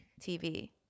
TV